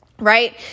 right